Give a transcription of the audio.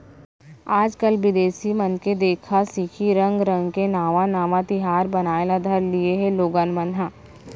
आजकाल बिदेसी मन के देखा सिखी रंग रंग के नावा नावा तिहार मनाए ल धर लिये हें लोगन मन ह